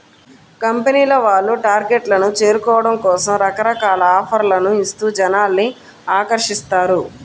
కంపెనీల వాళ్ళు టార్గెట్లను చేరుకోవడం కోసం రకరకాల ఆఫర్లను ఇస్తూ జనాల్ని ఆకర్షిస్తారు